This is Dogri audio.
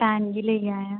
भैन बी लेइयै आमेआं